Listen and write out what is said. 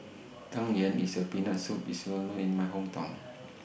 Tang Yuen with Peanut Soup IS Well known in My Hometown